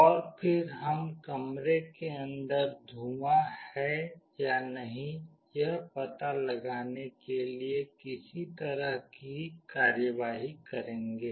और फिर हम कमरे के अंदर धुआं है या नहीं यह पता लगाने के लिए किसी तरह की कार्यवाही करेंगे